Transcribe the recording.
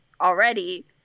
already